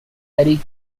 eddie